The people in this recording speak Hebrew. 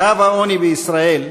קו העוני בישראל,